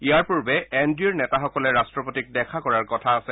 ইয়াৰ পূৰ্বে এন ডি এৰ নেতাসকলে ৰাষ্ট্ৰপতিক দেখা কৰাৰ কথা আছে